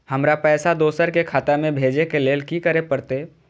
हमरा पैसा दोसर के खाता में भेजे के लेल की करे परते?